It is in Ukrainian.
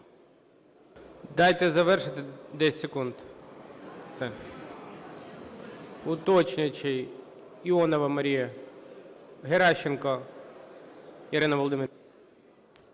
Дайте завершити 10 секунд. Уточнююче – Іонова Марія. Геращенко Ірина Володимирівна.